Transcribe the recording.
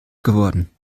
geworden